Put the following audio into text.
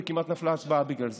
וכמעט נפלה ההצבעה בגלל זה.